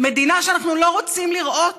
מדינה שאנחנו לא רוצים לראות.